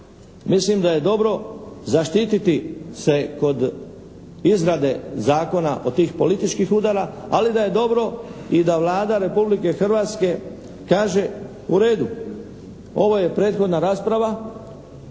mislim da je dobro zaštititi se kod izrade zakona od tih političkih udara, ali da je dobro i da Vlada Republike Hrvatske kaže "u redu, ovo je prethodna rasprava,